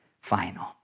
final